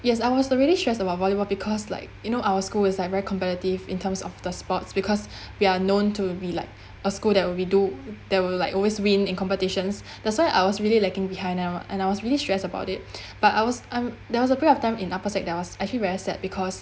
yes I was really stressed about volleyball because like you know our school is like very competitive in terms of the sports because we are known to be like a school that would redo that will like always win in competitions that's why I was really lacking behind them and I was really stressed about it but I was I'm there was a period of time in upper sec that was actually very sad because